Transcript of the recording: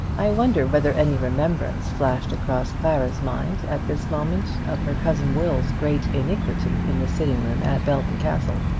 i wonder whether any remembrance flashed across clara's mind at this moment of her cousin will's great iniquity in the sitting-room at belton castle.